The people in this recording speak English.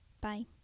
Bye